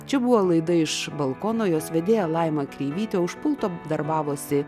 čia buvo laida iš balkono jos vedėja laima kreivytė už pulto darbavosi